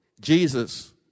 Jesus